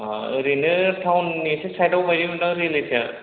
अह ओरैनो टाउननि एसे साइटाव हायोमोनदा रियेलिटिया